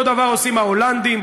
אותו דבר עושים ההולנדים,